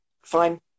Fine